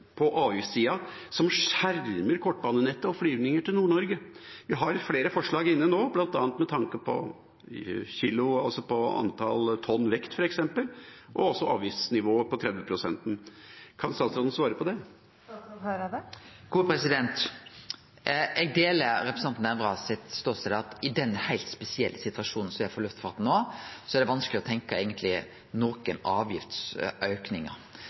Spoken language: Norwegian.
skjermer kortbanenettet og flygninger til Nord-Norge? Vi har flere forslag inne nå, bl.a. med tanke på antall tonn vekt og også avgiftsrabatten på 30 pst. Kan statsråden svare på det? Eg deler representanten Nævra sin ståstad, at i den heilt spesielle situasjonen som er for luftfarten no, er det eigentleg vanskeleg å tenkje på avgiftsaukingar.